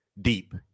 deep